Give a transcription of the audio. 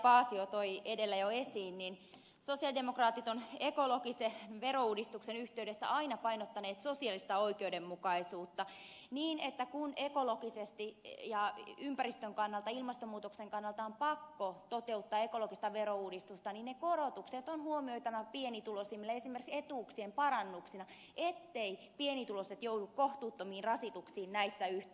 paasio toi edellä jo esiin niin sosialidemokraatit ovat ekologisen verouudistuksen yhteydessä aina painottaneet sosiaalista oikeudenmukaisuutta niin että kun ekologisesti ja ympäristön kannalta ilmastonmuutoksen kannalta on pakko toteuttaa ekologista verouudistusta niin ne korotukset on huomioitava pienituloisimmille esimerkiksi etuuksien parannuksina etteivät pienituloiset joudu kohtuuttomiin rasituksiin näissä yhteyksissä